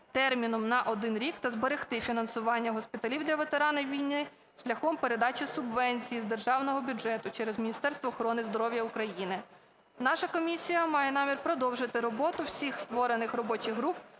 терміном на 1 рік та зберегти фінансування госпіталів для ветеранів війни шляхом передачі субвенцій з державного бюджету через Міністерство охорони здоров'я України. Наша комісія має намір продовжити роботу всіх створених робочих груп